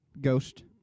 Ghost